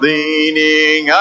Leaning